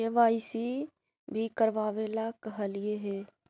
KYC भी करवावेला कहलिये हे?